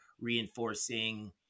reinforcing